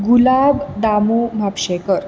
गुलाब Damu Mhapsekar